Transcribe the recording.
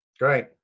Great